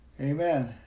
Amen